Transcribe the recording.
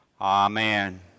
amen